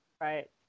right